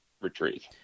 retrieve